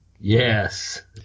Yes